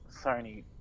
Sony